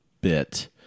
bit